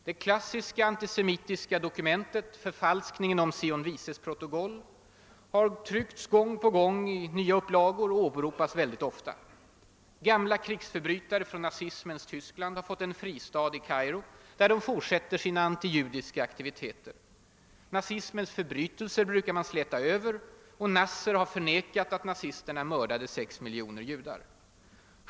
Det klassiska antisemitiska dokumentet, förfalskningen av »Sions vises protokoll», har tryckts gång på gång i nya upplagor och åberopas ofta. Gamla krigsförbrytare från nazismens Tyskland har fått en fristad i Kairo, där de fortsätter med antijudiska aktiviteter. Nazismens förbrytelser brukar man släta över. Nasser har förnekat att nazisterna mördade sex: miljoner judar.